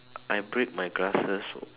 I break my glasses